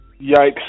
Yikes